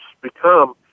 become